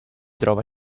trova